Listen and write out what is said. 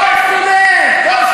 כל סטודנט.